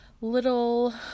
little